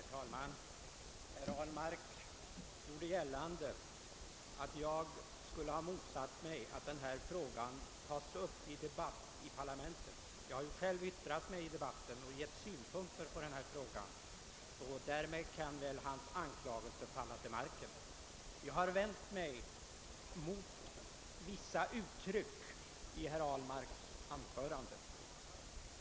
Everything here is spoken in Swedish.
Herr talman! Herr Ahlmark gjorde gällande att jag skulle ha motsatt mig att denna fråga togs upp till debatt i parlamentet. Jag har själv yttrat mig i debatten och anfört synpunkter på frågan. Därmed faller väl hans anklagelser till marken. Jag har vänt mig mot vissa uttryck i herr Ahlmarks anförande.